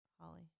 Holly